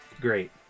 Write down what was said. Great